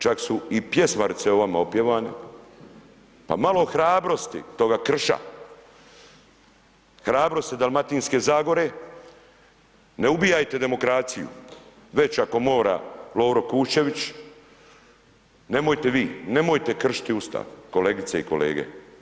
Čak su i pjesmarice o vama opjevane, pa malo hrabrosti, toga krša, hrabrosti Dalmatinske Zagore, ne ubijajte demokraciju, već ako mora Lovro Kuščević, nemojte vi, nemojte kršiti Ustav kolegice i kolege.